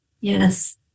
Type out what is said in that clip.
Yes